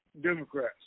Democrats